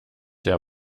der